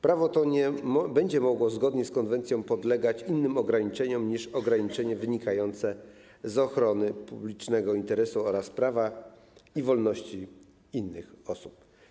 Prawo to nie będzie mogło zgodnie z konwencją podlegać innym ograniczeniom niż ograniczenie wynikające z ochrony publicznego interesu oraz prawa i wolności innych osób.